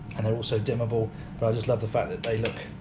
and they're also dimmable, but i just love the fact that they look,